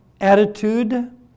attitude